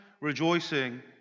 rejoicing